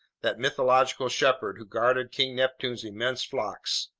that mythological shepherd who guarded king neptune's immense flocks.